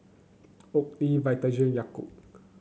Oakley Vitagen Yakult